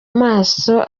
maso